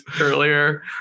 earlier